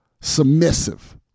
submissive